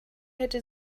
hätte